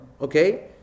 okay